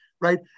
right